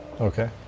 Okay